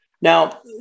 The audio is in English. Now